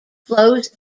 flows